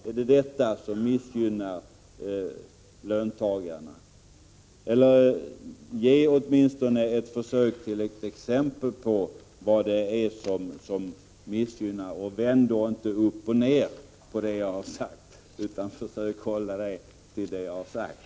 Är det detta som missgynnar löntagarna? Försök åtminstone ge något exempel på vad det är som missgynnar och vänd inte upp och ner på det jag har sagt!